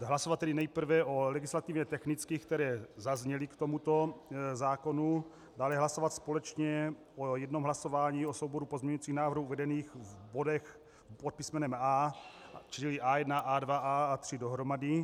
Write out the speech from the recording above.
Hlasovat tedy nejprve o legislativně technických, které zazněly k tomuto zákonu, dále hlasovat společně v jednom hlasování o souboru pozměňujících návrhů uvedených v bodech pod písmenem A, čili A1, A2, A3 dohromady.